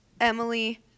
Emily